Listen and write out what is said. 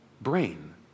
brain